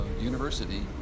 university